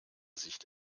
sicht